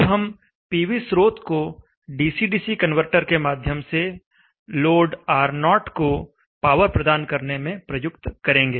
अब हम पीवी स्रोत को डीसी डीसी कन्वर्टर के माध्यम से लोड R0 को पावर प्रदान करने में प्रयुक्त करेंगे